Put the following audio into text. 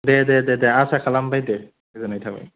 दे दे दे आसा खालामबाय दे गोजोननाय थाबाय